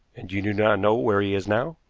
and you do not know where he is now?